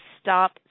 stop